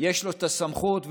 יש סמכות,